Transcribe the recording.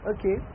Okay